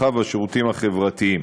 הרווחה והשירותים החברתיים: